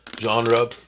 genre